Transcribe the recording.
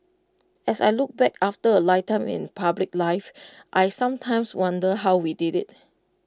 as I look back after A lifetime in public life I sometimes wonder how we did IT